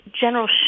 general